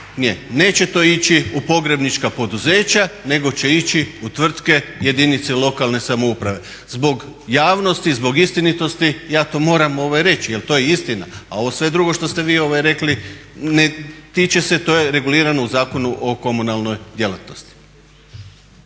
Neće to ići u pogrebnička poduzeća nego će ići u tvrtke jedinice lokalne samouprave. Zbog javnosti i zbog istinitosti ja to moram reći jer to je istina. A ovo sve drugo što ste vi rekli ne tiče se, to je regulirano u Zakonu o komunalnoj djelatnosti.